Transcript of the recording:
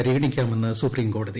പരിഗണിക്കാമെന്ന് സുപ്രീംകോടതി